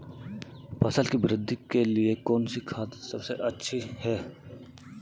फसल की वृद्धि के लिए कौनसी खाद सबसे अच्छी है?